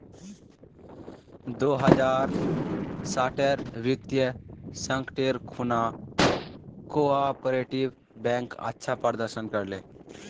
दो हज़ार साटेर वित्तीय संकटेर खुणा कोआपरेटिव बैंक अच्छा प्रदर्शन कर ले